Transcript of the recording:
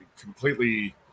completely